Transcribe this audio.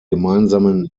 gemeinsamen